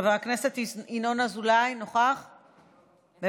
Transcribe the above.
חבר הכנסת ינון אזולאי, מוותר.